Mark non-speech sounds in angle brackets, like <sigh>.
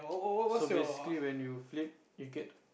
<noise> so basically when you flip you get